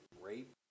rape